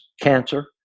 cancer